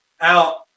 out